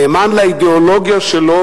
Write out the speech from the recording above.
נאמן לאידיאולוגיה שלו,